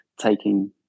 taking